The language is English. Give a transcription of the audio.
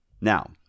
Now